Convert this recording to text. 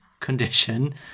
condition